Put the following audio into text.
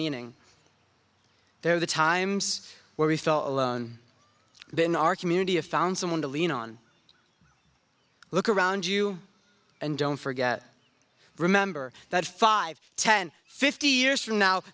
meaning there are the times where we felt alone been our community of found someone to lean on look around you and don't forget remember that five ten fifty years from now